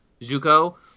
Zuko